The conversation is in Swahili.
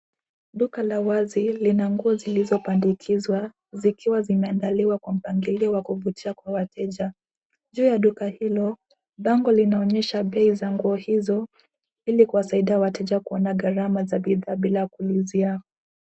Duka la wazi lina nguo zilizopandikizwa zikiwa zimeandaliwa kwa mpangilio wa kuvutia kwa wateja. Juu ya duka hilo, bango linaonyesha bei za nguo hizo ili kuwasaidia wateja kuona garama za bidhaa bila kuulizia.